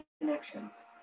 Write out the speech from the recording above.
connections